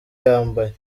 yambaye